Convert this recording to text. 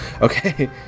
Okay